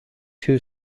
two